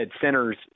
centers